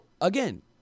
again